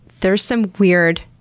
there's some weird,